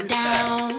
down